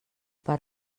per